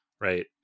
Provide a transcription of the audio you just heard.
right